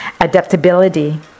Adaptability